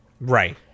Right